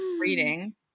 reading